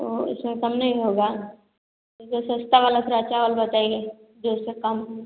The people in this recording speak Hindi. ओ उसमें कम नहीं होगा जो सस्ता वाला थोड़ा चावल बताइए जो उससे कम